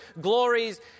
glories